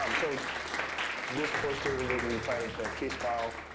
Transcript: um so this poster was inside of the case file,